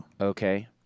Okay